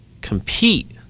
compete